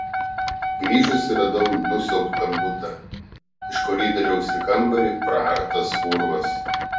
grįžusi radau nusiaubtą butą iš koridoriaus į kambarį praartas urvas